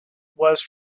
was